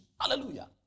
Hallelujah